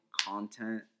content